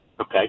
Okay